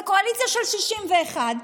בקואליציה של 61,